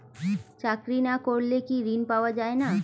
চাকরি না করলে কি ঋণ পাওয়া যায় না?